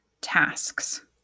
tasks